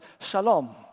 Shalom